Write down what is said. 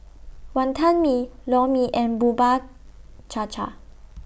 Wantan Mee Lor Mee and Bubur Cha Cha